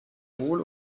wohl